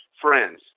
friends